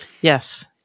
Yes